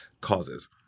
causes